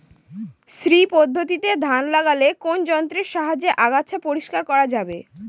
শ্রী পদ্ধতিতে ধান লাগালে কোন যন্ত্রের সাহায্যে আগাছা পরিষ্কার করা যাবে?